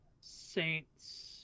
Saints